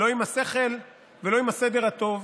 לא עם השכל ולא עם הסדר הטוב,